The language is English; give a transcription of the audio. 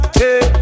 hey